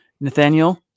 nathaniel